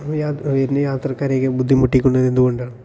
യാത്ര വരുന്ന യാത്രക്കാരെയൊക്കെ ബുദ്ധിമുട്ടിക്കുന്നത് എന്ത് കൊണ്ടാണ്